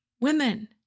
women